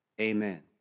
Amen